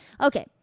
Okay